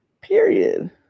Period